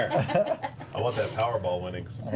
ah ah that powerball winnings.